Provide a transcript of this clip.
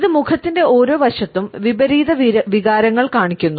ഇത് മുഖത്തിന്റെ ഓരോ വശത്തും വിപരീത വികാരങ്ങൾ കാണിക്കുന്നു